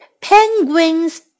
penguins